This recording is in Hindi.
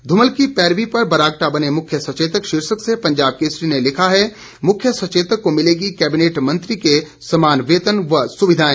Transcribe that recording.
ध्रमल की पैरवी पर बरागटा बने मुख्य सचेतक शीर्षक से पंजाब केसरी ने लिखा है मुख्य सचेतक को मिलेगी कैबिनेट मंत्री के समान वेतन व सुविधायें